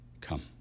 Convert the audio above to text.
come